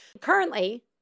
Currently